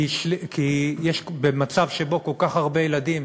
כי במצב שבו כל כך הרבה ילדים,